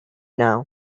now